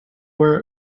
where